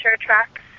tracks